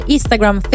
Instagram